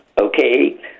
Okay